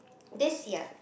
this year